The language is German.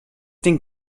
den